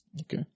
Okay